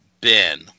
Ben